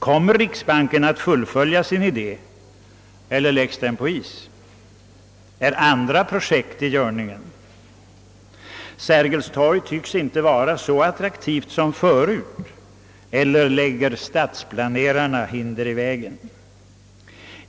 Kommer riksbanken att fullfölja sin idé eller läggs den på is? Är andra projekt i görningen? Sergels torg tycks inte vara så attraktivt som förut — eller lägger stadsplanerarna hinder i vägen?